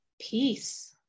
peace